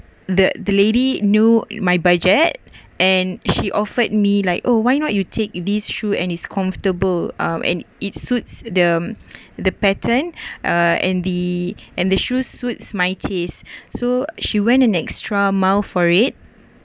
the the lady knew my budget and she offered me like oh why not you take these shoe and it's comfortable um and it suits the the pattern uh and the and the shoes suits my taste so she went an extra mile for it